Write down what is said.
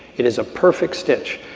it is a perfect stitch.